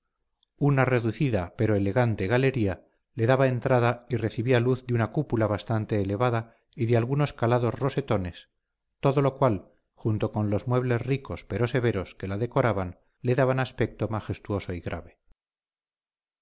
una reducida pero elegante galería le daba entrada y recibía luz de una cúpula bastante elevada y de algunos calados rosetones todo lo cual junto con los muebles ricos pero severos que la decoraban le daban aspecto majestuoso y grave